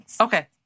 okay